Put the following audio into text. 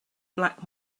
black